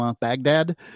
Baghdad